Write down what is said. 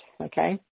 Okay